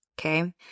Okay